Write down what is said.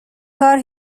کار